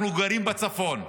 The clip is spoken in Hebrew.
אנחנו גרים בצפון,